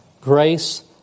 Grace